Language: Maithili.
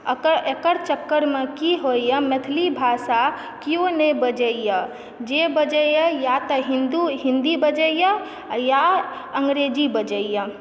एकर चक्करमे की होइए मैथिली भाषा केओ नहि बजइए जे बजइए वा तऽ हिन्दी बजइए या अङ्ग्रेजी बजइए